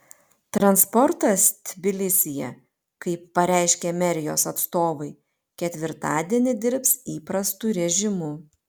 transportas tbilisyje kaip pareiškė merijos atstovai ketvirtadienį dirbs įprastu režimu